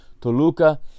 Toluca